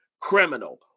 criminal